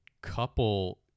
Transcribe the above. couple